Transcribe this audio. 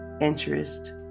interest